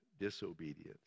disobedience